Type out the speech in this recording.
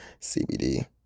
CBD